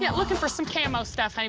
yeah looking for some camo stuff. um